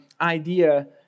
idea